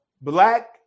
black